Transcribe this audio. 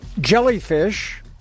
Jellyfish